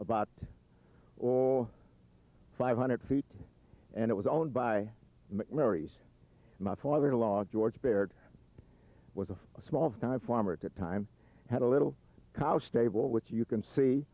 about all five hundred feet and it was owned by larry's my father in law george baird was a small time farmer at that time had a little cottage stable which you can see